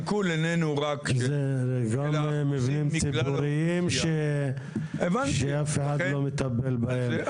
זה גם מבנים ציבוריים שאף אחד לא מטפל בהם,